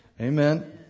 Amen